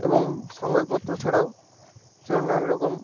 এবং সংবাদপত্র ছাড়াও নানারকম